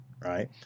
right